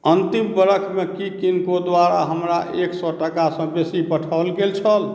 अन्तिम बरखमे की किनको द्वारा हमरा एक सए टाकासँ बेसी पठाओल गेल छल